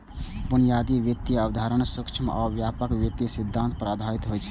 बुनियादी वित्तीय अवधारणा सूक्ष्म आ व्यापक वित्तीय सिद्धांत पर आधारित होइ छै